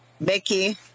Becky